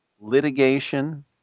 litigation